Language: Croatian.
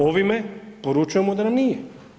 Ovime poručujemo da nam nije.